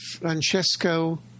Francesco